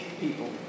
people